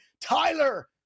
Tyler